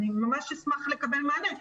אני ממש אשמח לקבל מענה.